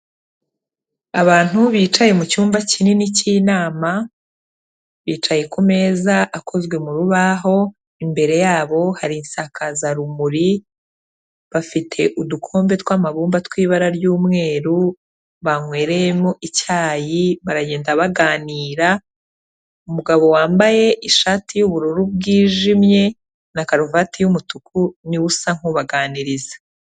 Abantu bicaye mu cyumba kinini cy'inama, bicaye ku meza akozwe mu rubaho, imbere yabo hari insakazarumuri, bafite udukombe tw'amabumba tw'ibara ry'umweru banywereyemo icyayi, baragenda baganira, umugabo wambaye ishati y'ubururu bwijimye na karuvati y'umutuku ni we usa nk'ubaganiriza.